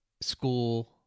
school